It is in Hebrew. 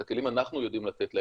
את הכלים אנחנו יודעים לתת להם,